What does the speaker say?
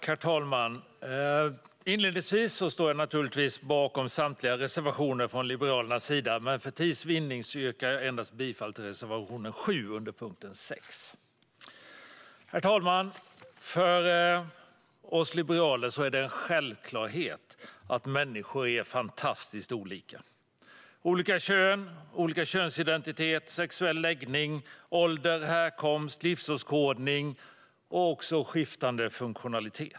Herr talman! Jag står naturligtvis bakom samtliga reservationer från Liberalerna, men för tids vinnande yrkar jag bifall endast till reservation 7 under punkt 6. Herr talman! För oss liberaler är det en självklarhet att människor är fantastiskt olika. Vi har olika kön, könsidentitet, sexuell läggning, ålder, härkomst och livsåskådning. Vi har också skiftande funktionalitet.